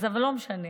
אבל לא משנה.